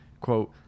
quote